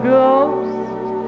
ghost